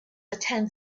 attend